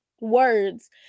words